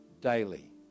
daily